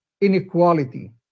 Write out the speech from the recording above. inequality